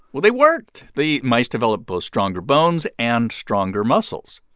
well, they worked. the mice developed both stronger bones and stronger muscles.